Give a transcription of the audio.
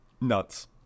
Nuts